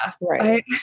Right